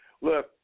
Look